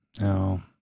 no